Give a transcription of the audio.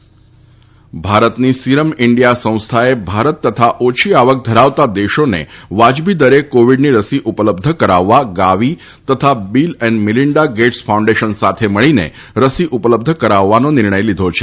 Covid રસી ભારતની Serum India સંસ્થાએ ભારત તથા ઓછી આવક ધરાવતા દેશોને વાજબી દરે કોવીડની રસી ઉપલબ્ધ કરાવવા ગાવી તથા બીલ અને મીલીન્ડા ગેટસ ફાઉન્ડેશન સાથે મળીને રસી ઉપલબ્ધ કરવાનો નિર્ણય લીધો છે